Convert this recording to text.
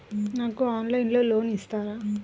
నాకు ఆన్లైన్లో లోన్ ఇస్తారా?